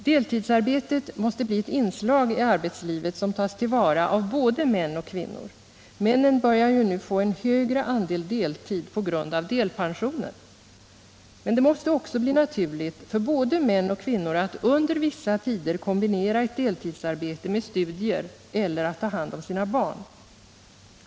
Deltidsarbetet måste bli ett inslag i arbetslivet som tas till vara av både män och kvinnor. Männen börjar ju nu få en högre andel deltid på grund av delpensionen. Det måste också bli naturligt för både män och kvinnor att under vissa tider kombinera ett deltidsarbete med studier eller att ta hand om sina barn.